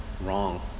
wrong